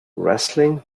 wrestling